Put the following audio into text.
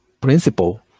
principle